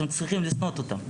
אתם צריכים לשנוא אותם.